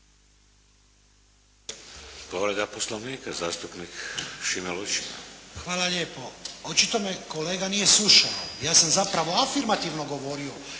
Povreda Poslovnika zastupnik Šime Lučin. **Lučin, Šime (SDP)** Hvala lijepo. Očito me kolega nije slušao. Ja sam zapravo afirmativno govorio